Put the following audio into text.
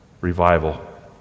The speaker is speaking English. Revival